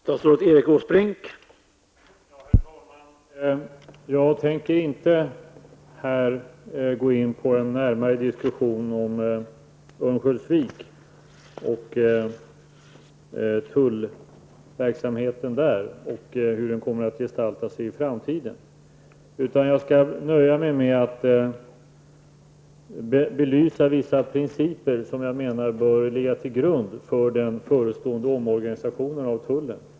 Herr talman! Jag tänker inte här gå in på en närmare diskussion om Örnsköldsvik och tullverksamheten där och hur den kommer att gestalta sig i framtiden. Jag skall i stället nöja mig med att belysa vissa principer som jag menar bör ligga till grund för den förestående omorganisationen av tullen.